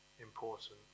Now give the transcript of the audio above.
important